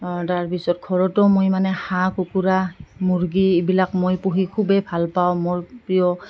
তাৰপিছত ঘৰতো মই মানে হাঁহ কুকুৰা মুৰ্গী এইবিলাক মই পুহি খুবেই ভাল পাওঁ মোৰ প্ৰিয়